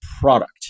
product